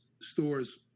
stores